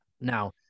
Now